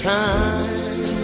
time